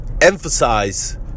emphasize